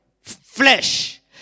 flesh